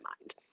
mind